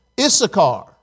Issachar